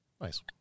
Nice